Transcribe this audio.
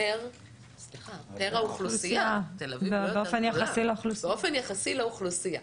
פר האוכלוסייה, באופן יחסי לאוכלוסייה.